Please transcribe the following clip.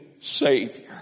Savior